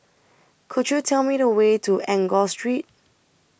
Could YOU Tell Me The Way to Enggor Street